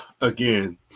again